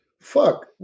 fuck